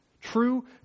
true